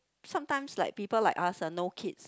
sometimes like people like us ah no kids